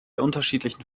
unterschiedlichen